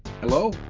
Hello